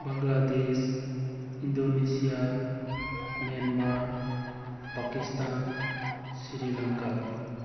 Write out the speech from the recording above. Bangladesh Indonesia Myanmar Pakistan sri Lanka